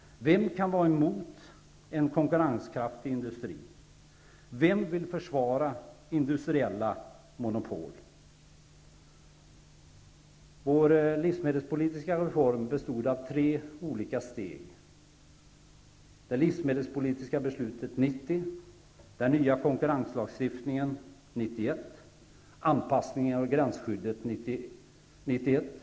Vem kan vara emot en konkurrenskraftig industri? Vem vill försvara industriella monopol? Den livsmedelspolitiska reformen bestod av tre olika steg: det livsmedelspolitiska beslutet 1990, den nya konkurrenslagstiftningen 1991 och anpassningen av gränsskyddet 1991.